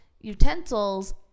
utensils